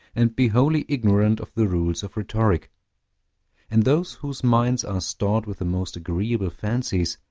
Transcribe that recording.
and be wholly ignorant of the rules of rhetoric and those whose minds are stored with the most agreeable fancies,